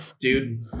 dude